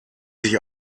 sich